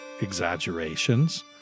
exaggerations